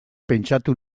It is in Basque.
pentsatu